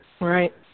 Right